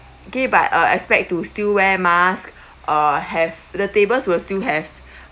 okay but uh expect to still wear mask or